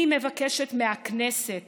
אני מבקשת מהכנסת